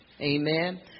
Amen